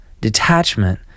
detachment